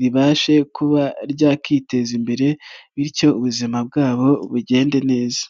ribashe kuba ryakiteza imbere bityo ubuzima bwabo bugende neza.